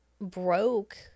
broke